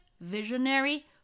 visionary